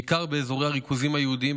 בעיקר באזורי הריכוזים היהודיים,